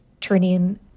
turning